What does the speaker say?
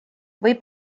või